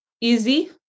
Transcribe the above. easy